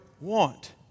want